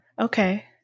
okay